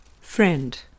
Friend